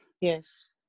Yes